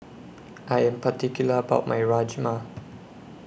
I Am particular about My Rajma